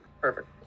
Perfect